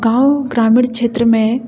गाँव ग्रामीण क्षेत्र में